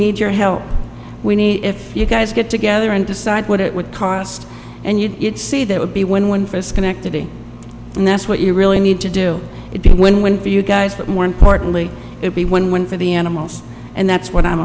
need your help we need if you guys get together and decide what it would cost and you'd see that would be win win for us connectivity and that's what you really need to do it be a win win for you guys but more importantly it be win win for the animals and that's what i'm